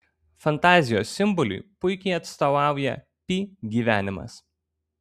fantazijos simboliui puikiai atstovauja pi gyvenimas